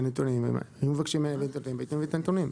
אם היו מבקשים הייתי מביא את הנתונים.